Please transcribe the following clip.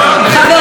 מה זה קשור?